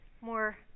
more